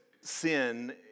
sin